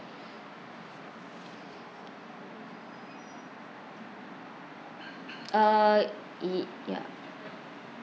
uh y~ ya